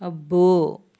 అబ్బో